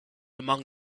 among